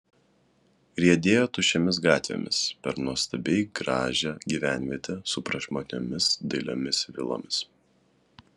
riedėjo tuščiomis gatvėmis per nuostabiai gražią gyvenvietę su prašmatniomis dailiomis vilomis